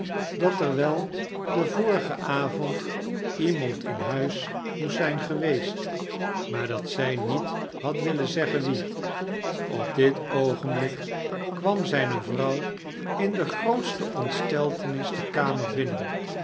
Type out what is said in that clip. dat er wel den vorigen avondiemandinhuismoest zijn geweest maar dat zij niet had willen zeggen wie op dit oogenblik kwam zyne vrouw i-n de grootste ontsteltenis de kamer binnen